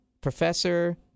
Professor